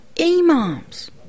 imams